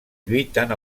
lluiten